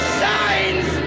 signs